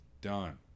done